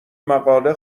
مقاله